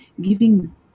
giving